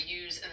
use